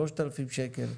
3,000 שקלים.